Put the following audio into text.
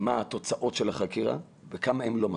מה התוצאות של החקירה וכמה הם לא מצליחים?